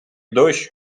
дощ